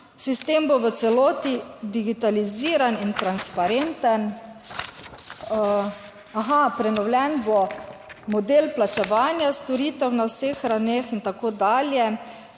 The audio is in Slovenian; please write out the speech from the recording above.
sistem bo v celoti digitaliziran in transparenten, prenovljen bo model plačevanja storitev na vseh ravneh in tako dalje.